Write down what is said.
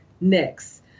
next